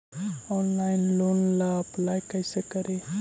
Online loan ला apply कैसे करी?